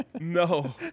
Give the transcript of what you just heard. No